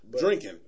drinking